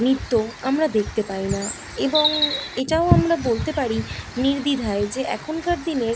নৃত্য আমরা দেখতে পাই না এবং এটাও আমরা বলতে পারি নির্দ্বিধায় যে এখনকার দিনের